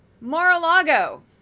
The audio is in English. mar-a-lago